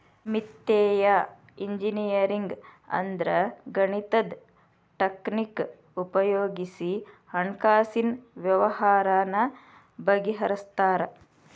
ವಿತ್ತೇಯ ಇಂಜಿನಿಯರಿಂಗ್ ಅಂದ್ರ ಗಣಿತದ್ ಟಕ್ನಿಕ್ ಉಪಯೊಗಿಸಿ ಹಣ್ಕಾಸಿನ್ ವ್ಯವ್ಹಾರಾನ ಬಗಿಹರ್ಸ್ತಾರ